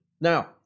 Now